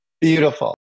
Beautiful